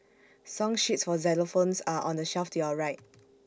song sheets for xylophones are on the shelf to your right